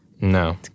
No